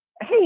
Hey